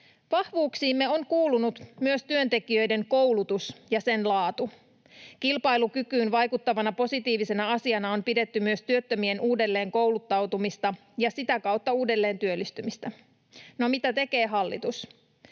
Vahvuuksiimme on kuulunut myös työntekijöiden koulutus ja sen laatu. Kilpailukykyyn vaikuttavana positiivisena asiana on pidetty myös työttömien uudelleenkouluttautumista ja sitä kautta uudelleentyöllistymistä. No, mitä tekee hallitus?